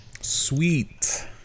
sweet